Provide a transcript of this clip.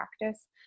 practice